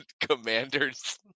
Commanders